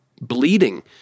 bleeding